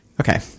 okay